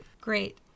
Great